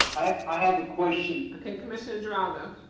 i have a question. okay, commissioner geraldo.